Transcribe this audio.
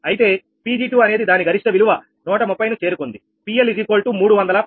అయితే Pg2 అనేది దాని గరిష్ట విలువ 130 ను చేరుకుందిPL310